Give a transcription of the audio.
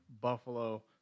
Buffalo